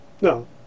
No